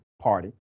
party